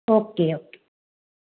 okay okay